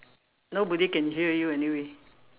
nobody can hear you anyway